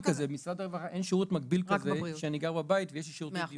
כזה שאני גר בבית ויש לי שירותי דיור.